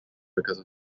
because